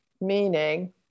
Meaning